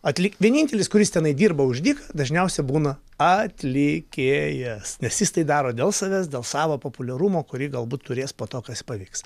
atlik vienintelis kuris tenai dirba už dyką dažniausiai būna atlikėjas nes jis tai daro dėl savęs dėl savo populiarumo kurį galbūt turės po to kas pavyks